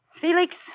Felix